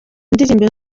ndirimbo